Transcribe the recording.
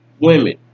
women